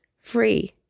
free